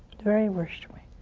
very worst way.